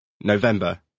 November